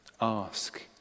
ask